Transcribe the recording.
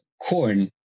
corn